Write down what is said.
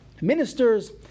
ministers